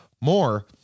more